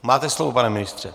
Máte slovo, pane ministře.